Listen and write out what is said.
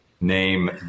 name